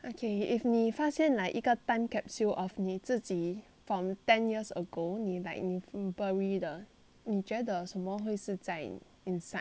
okay if 你发现 like 一个 time capsule of 你自己 from ten years ago 你 like 你 bury 的你觉得什么会是在 inside